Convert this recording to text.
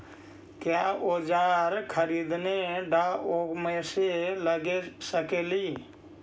क्या ओजार खरीदने ड़ाओकमेसे लगे सकेली?